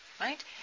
Right